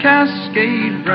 Cascade